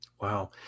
Wow